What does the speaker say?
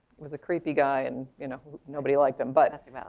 was a creepy guy and you know nobody liked him but. and